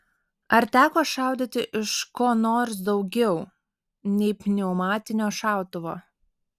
ar teko šaudyti iš ko nors daugiau nei pneumatinio šautuvo